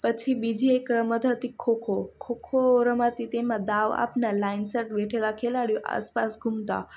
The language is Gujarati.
પછી બીજી એક રમત હતી ખોખો ખોખો રમાતી તેમાં દાવ આપનાર લાઈનસર બેઠેલા ખેલાડીઓ આસપાસ ઘૂમતા